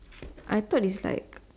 I thought is like